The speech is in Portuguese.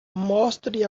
mostre